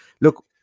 look